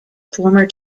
former